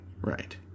Right